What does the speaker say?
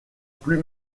plus